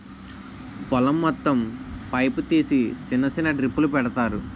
పొలం మొత్తం పైపు తీసి సిన్న సిన్న డ్రిప్పులు పెడతారు